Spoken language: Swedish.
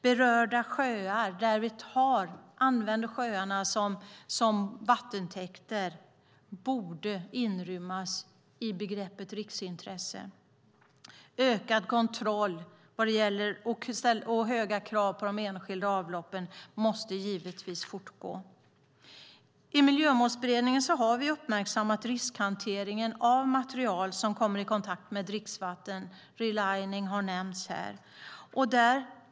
Berörda sjöar som används som vattentäkter borde inrymmas i begreppet riksintresse. Det måste även i fortsättningen ställas höga krav på och ökad kontroll av enskilda avlopp. I Miljömålsberedningen har vi uppmärksammat riskhanteringen av material som kommer i kontakt med dricksvatten. Relining har nämnts.